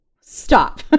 stop